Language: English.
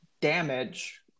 damage